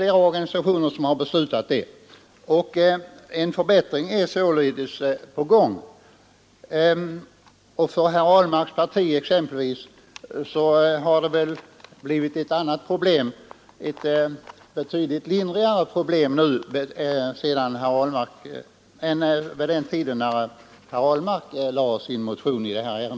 En förbättring är således på gång. För herr Ahlmarks parti har väl det här ärendet blivit ett betydligt lindrigare problem nu än vad det var vid den tidpunkt herr Ahlmark lade fram sin motion.